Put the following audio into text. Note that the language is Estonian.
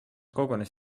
kogunes